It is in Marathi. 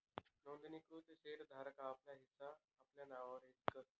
नोंदणीकृत शेर धारक आपला हिस्सा आपला नाववर इकतस